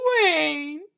queen